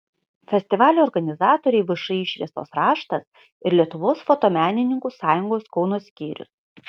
festivalio organizatoriai všį šviesos raštas ir lietuvos fotomenininkų sąjungos kauno skyrius